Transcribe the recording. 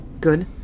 Good